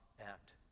act